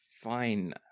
fine